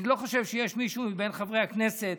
אני לא חושב שיש מישהו מבין חברי הכנסת